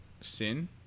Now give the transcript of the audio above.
sin